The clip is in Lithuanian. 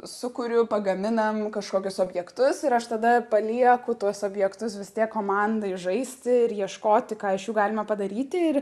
sukuriu pagaminam kažkokius objektus ir aš tada palieku tuos objektus vis tiek komandai žaisti ir ieškoti ką iš jų galima padaryti ir